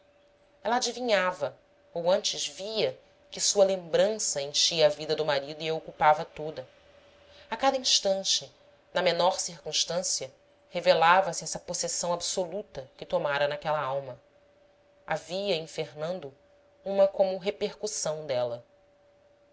ela adivinhava ou antes via que sua lembrança enchia a vida do marido e a ocupava toda a cada instante na menor circunstância revelava se essa possessão absoluta que tomara naquela alma havia em fernando uma como repercussão dela